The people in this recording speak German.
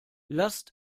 lasst